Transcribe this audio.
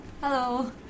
Hello